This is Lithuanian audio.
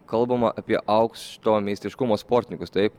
kalbama apie aukšto meistriškumo sportininkus taip